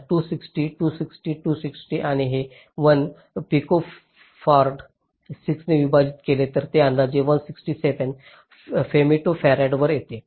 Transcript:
तर 260 260 260 आणि हे 1 पिकोफार्ड 6 ने विभाजित केले तर ते अंदाजे 167 फेमिटो फॅरडवर येते